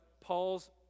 Paul's